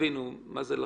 שתבינו מה זה לחזור.